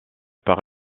par